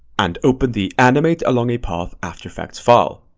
and open the animate along a path after effects file.